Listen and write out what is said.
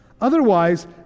Otherwise